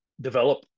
develop